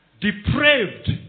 Depraved